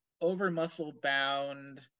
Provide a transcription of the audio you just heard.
over-muscle-bound